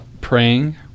praying